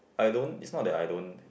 I don't is not that I don't